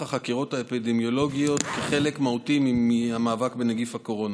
החקירות האפידמיולוגיות כחלק מהותי מהמאבק בנגיף הקורונה.